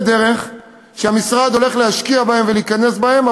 דרך שהמשרד הולך להשקיע בהם ולהיכנס בהם,